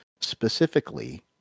specifically